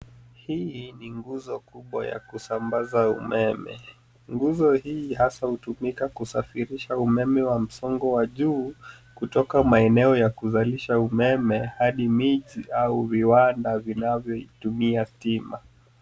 Hii ni nguzo kubwa ya kusambaza umeme. Nguzo hii hasa hutumika kusafirisha umeme wa msongo wa juu kutoka maeneo ya kuzalisha umeme hadi miji au viwanda vinavyoitumia stima.